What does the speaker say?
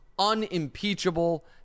unimpeachable